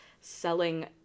selling